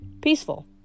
peaceful